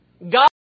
God